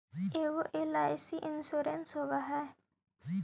ऐगो LIC insurance होव है?